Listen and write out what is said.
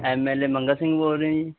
M L A Mangal Singh ਬੋਲ ਰਹੇ ਜੀ